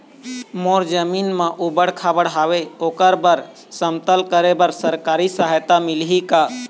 मोर जमीन म ऊबड़ खाबड़ हावे ओकर बर समूह करे बर सरकारी सहायता मिलही का?